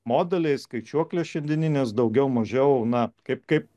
modeliai skaičiuoklės šiandieninės daugiau mažiau na kaip kaip